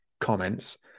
comments